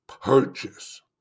purchase